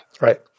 Right